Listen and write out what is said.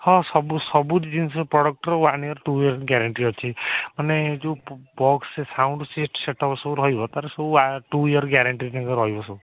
ହଁ ସବୁ ସବୁ ଜିନଷର ପ୍ରଡ଼କ୍ଟର one year two year guarantee ଅଛି ମାନେ ଯେଉଁ ବକ୍ସ ସାଉଣ୍ଡ ସେଟ୍ଅପ୍ ସବୁ ରହିବ ତା'ର ସବୁ ୱା ଟୁ ୟିଅର୍ ଗ୍ୟାରେଣ୍ଟି ହେକା ରହିବ ସବୁ